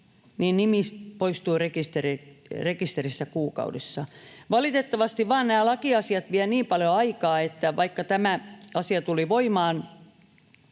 nimi poistuu rekisteristä kuukaudessa. Valitettavasti vain nämä lakiasiat vievät niin paljon aikaa, että vaikka tämä asia tuli voimaan,